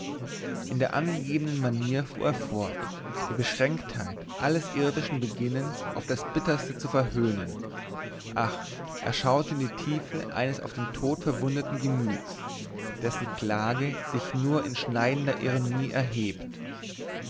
in der angegebenen manier fuhr er fort die beschränktheit alles irdischen beginnens auf das bitterste zu verhöhnen ach er schaute in die tiefe eines auf den tod verwundeten gemüts dessen klage sich nur in schneidender ironie erhebt